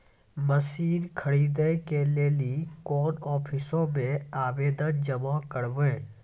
Machine खरीदै के लेली कोन आफिसों मे आवेदन जमा करवै?